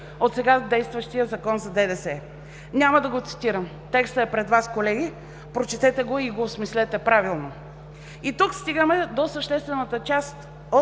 от сега действащия Закон за ДДС. Няма да го цитирам, текстът е пред Вас, колеги, прочетете го и го осмислете правилно! Тук стигаме до съществената част